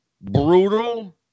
brutal